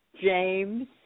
James